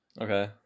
Okay